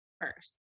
first